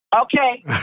Okay